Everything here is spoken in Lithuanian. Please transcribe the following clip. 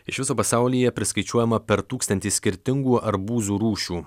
iš viso pasaulyje priskaičiuojama per tūkstantį skirtingų arbūzų rūšių